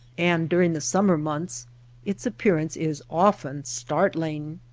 and during the summer months its appearance is often startling.